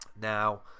now